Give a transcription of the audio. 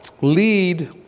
lead